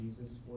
Jesus